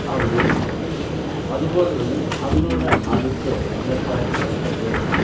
അവിടെയുണ്ട് അതുപോലെ തന്നെ അതിനോട് അടുത്ത് അതിൻ്റെ പരിസര പ്രദേശത്ത്